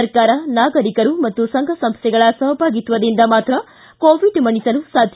ಸರ್ಕಾರ ನಾಗರಿಕರು ಮತ್ತು ಸಂಘಸಂಸ್ಲೆಗಳ ಸಹಭಾಗಿತ್ತದಿಂದ ಮಾತ್ರ ಕೋವಿಡ್ ಮಣಿಸಲು ಸಾಧ್ಯ